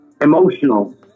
emotional